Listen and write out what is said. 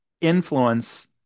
influence